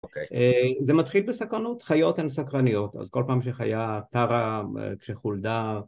זה מתחיל בסקרנות, חיות הן סקרניות, אז כל פעם שחיה טרה כשחולדה